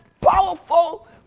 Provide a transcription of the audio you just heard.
powerful